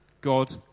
God